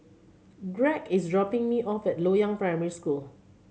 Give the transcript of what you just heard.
Greg is dropping me off at Loyang Primary School